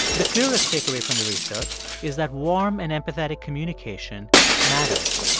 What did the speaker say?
the clearest takeaway from the research is that warm and empathetic communication matters.